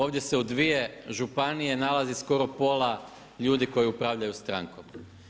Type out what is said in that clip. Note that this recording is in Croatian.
Ovdje se u 2 županije nalazi skoro pola ljudi koji upravljaju strankom.